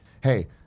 hey